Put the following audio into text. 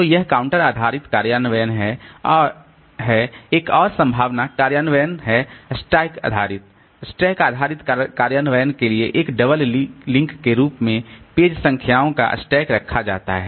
तो यह काउंटर आधारित कार्यान्वयन है एक और संभावित कार्यान्वयन है स्टैक आधारित स्टैक आधारित कार्यान्वयन के लिए एक डबल लिंक रूप में पेज संख्याओं का स्टैक रखा जाता है